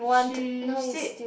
she said